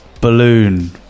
balloon